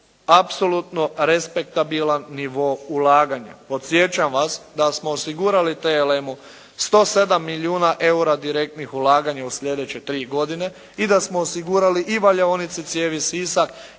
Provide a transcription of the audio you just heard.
apsolutno respektabilan nivo ulaganja. Podsjećam vas da smo osigurali TLM-u 107 milijuna eura u sljedeće tri godine i da smo osigurali i Valjaonici cijevi Sisak